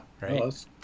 right